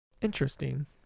Interesting